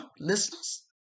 listeners